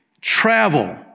travel